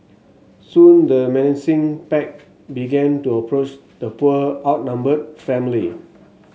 soon the menacing pack began to approach the poor outnumbered family